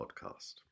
podcast